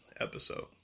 episode